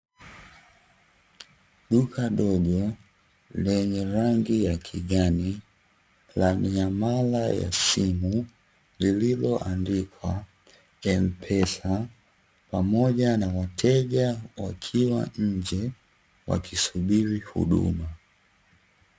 Duka dogo lenye rangi ya kijani la miamala ya simu, lililoandikwa "M-pesa" pamoja na wateja wakiwa nje wakisubiri huduma.